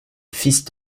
fils